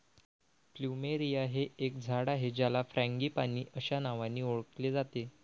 plumeria हे एक झाड आहे ज्याला फ्रँगीपानी अस्या नावानी ओळखले जाते